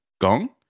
Gong